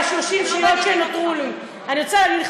אתה לא דואג להם.